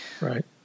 right